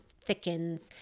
thickens